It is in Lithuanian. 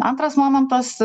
antras momentas